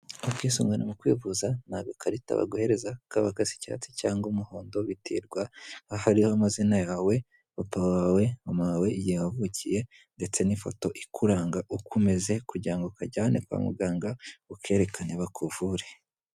Ubwisungane mu kwivuza ni agakarita baguhereza kaba gasa icyatsi cyangwa umuhondo, biterwa aha amazina yawe papa wawe mama wawe igihe wavukiye ndetse n'ifoto ikuranga uko umeze kugira ngo ukajyane kwa muganga ukerekane bakuvure.